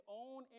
own